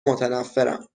متنفرم